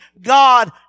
God